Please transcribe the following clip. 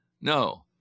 No